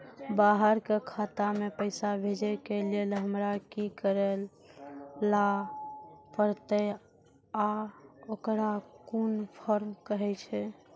बाहर के खाता मे पैसा भेजै के लेल हमरा की करै ला परतै आ ओकरा कुन फॉर्म कहैय छै?